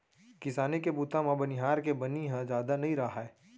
किसानी के बूता म बनिहार के बनी ह जादा नइ राहय